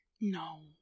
No